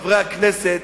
חברי הכנסת,